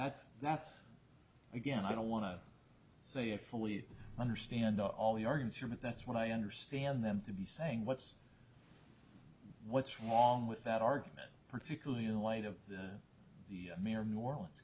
that's that's again i don't want to say i fully understand all the organs from it that's what i understand them to be saying what's what's wrong with that argument particularly in light of the mayor of new orleans